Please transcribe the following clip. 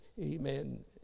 amen